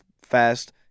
fast